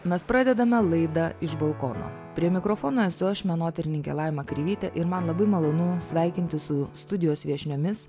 mes pradedame laidą iš balkono prie mikrofono esu aš menotyrininkė laima kreivytė ir man labai malonu sveikintis su studijos viešniomis